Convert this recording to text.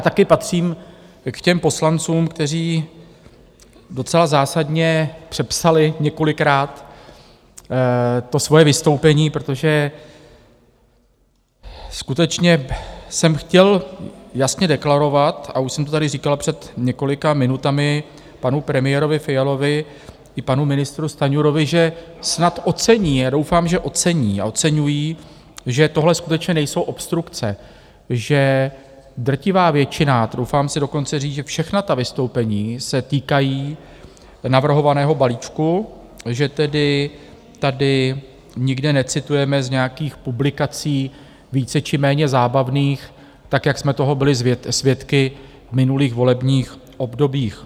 Také patřím k těm poslancům, kteří docela zásadně přepsali několikrát to svoje vystoupení, protože skutečně jsem chtěl jasně deklarovat, a už jsem to tady říkal před několika minutami panu premiérovi Fialovi i panu ministru Stanjurovi, že snad ocení a doufám, že ocení a oceňují, že tohle skutečně nejsou obstrukce, že drtivá většina, troufám si dokonce říct, že všechna ta vystoupení se týkají navrhovaného balíčku, že tedy tady nikde necitujeme z nějakých publikací více či méně zábavných, tak jak jsme toho byli svědky v minulých volebních obdobích.